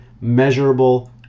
Measurable